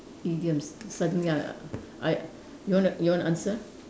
idioms suddenly I I you want to you want to answer